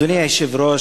אדוני היושב-ראש,